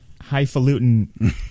highfalutin